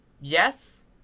yes